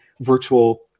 virtual